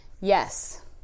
Yes